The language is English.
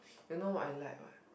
you know what I like what